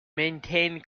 maintain